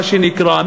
מה שנקרא,